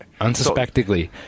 unsuspectingly